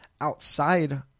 outside